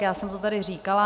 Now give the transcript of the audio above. Já jsem to tady říkala.